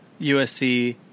USC